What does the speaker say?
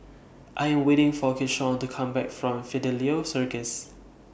I Am waiting For Keyshawn to Come Back from Fidelio Circus